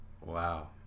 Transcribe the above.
Wow